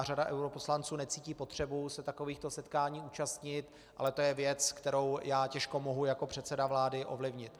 Řada europoslanců necítí potřebu se takovýchto setkání účastnit, ale to je věc, kterou já těžko mohu jako předseda vlády ovlivnit.